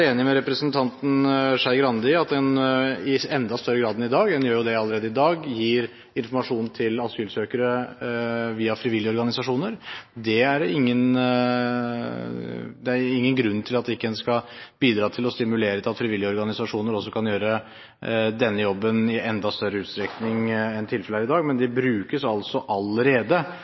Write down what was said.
enig med representanten Skei Grande i at en i enda større grad enn i dag – en gjør jo det allerede i dag – gir informasjon til asylsøkere via frivillige organisasjoner. Det er ingen grunn til at en ikke skal bidra til å stimulere til at frivillige organisasjoner også kan gjøre denne jobben i enda større utstrekning enn tilfellet er i dag, men de brukes altså allerede